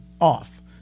off